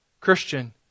Christian